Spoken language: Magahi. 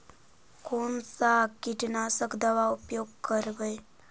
कोन सा कीटनाशक दवा उपयोग करबय?